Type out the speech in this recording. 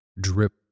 drip